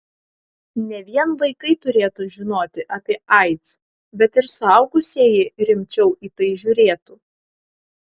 ne vien vaikai turėtų žinoti apie aids bet ir suaugusieji rimčiau į tai žiūrėtų